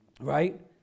right